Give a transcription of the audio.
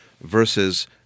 versus